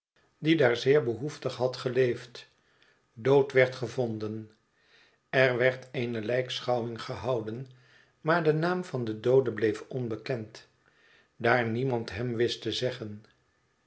die daar zeer behoeftig had geleefd dood werd gevonden er werd eene lijkschouwing gehouden maar de naam van den doode bleef onbekend daar niemand hem wist te zeggen